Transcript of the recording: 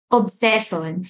obsession